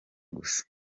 gusa